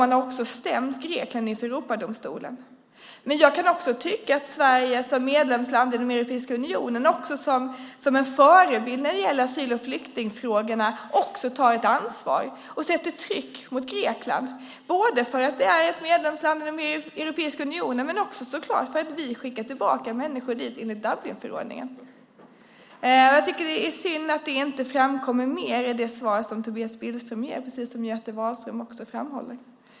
Man har också stämt Grekland inför Europadomstolen. Sverige som medlemsland i Europeiska unionen och som en förebild när det gäller asyl och flyktingfrågorna ska ta ett ansvar och sätta tryck mot Grekland både för att det är ett medlemsland i Europeiska unionen och för att vi skickar tillbaka människor dit enligt Dublinförordningen. Det är synd att det inte framkommer mer i det svar som Tobias Billström ger, precis som Göte Wahlström också framhåller.